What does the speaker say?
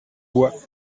bois